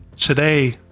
Today